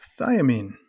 thiamine